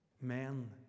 Men